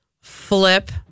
flip